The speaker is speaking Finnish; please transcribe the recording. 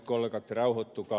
kollegat rauhoittukaa